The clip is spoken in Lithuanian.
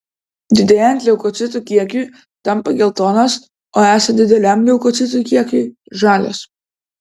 didėjant leukocitų kiekiui tampa geltonos o esant dideliam leukocitų kiekiui žalios